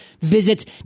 visit